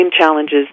challenges